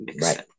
Right